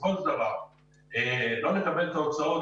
בסופו של דבר לא נקבל תוצאות.